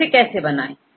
तो इसे कैसे बनाएं